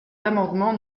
l’amendement